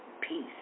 Peace